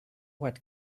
what